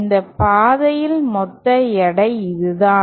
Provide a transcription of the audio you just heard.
இந்த பாதையில் மொத்த எடை இதுதான்